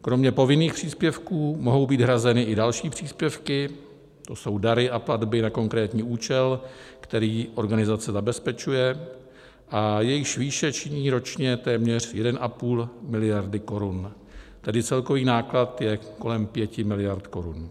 Kromě povinných příspěvků mohou být hrazeny i další příspěvky, to jsou dary a platby na konkrétní účel, který organizace zabezpečuje a jejichž výše činí ročně téměř 1,5 mld. korun, tedy celkový náklad je kolem 5 mld. korun.